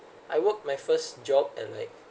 I worked my first job and like